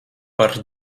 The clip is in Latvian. par